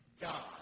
God